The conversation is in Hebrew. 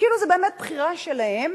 כאילו זה באמת בחירה שלהם